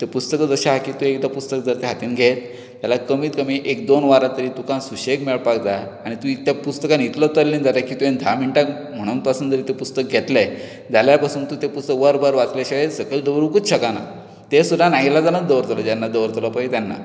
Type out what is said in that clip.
तें पुस्तकच अशें आसा की तूं एकदां पुस्तक जर तें हातींत घेत जाल्यार कमीत कमी एक दोन वरां तरी तुका सुशेग मेळपाक जाय आनी तूं त्या पुस्तकांत इतलो तल्लीन जाता की तें धा मिणटा म्हणून पासून जरी तें पुस्तक घेतलें जाल्यार पसून तूं तें पुस्तक वरभर वाचले शिवाय सकयल दवरुंकूच शकना तें सुद्दा ना इलाजान दवरतलो जेन्ना दवरतलो पळय तेन्ना